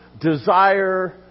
desire